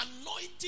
anointing